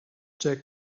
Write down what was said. jack